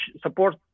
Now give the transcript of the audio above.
support